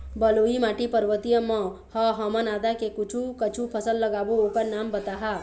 बलुई माटी पर्वतीय म ह हमन आदा के कुछू कछु फसल लगाबो ओकर नाम बताहा?